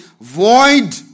void